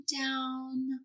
down